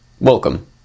Welcome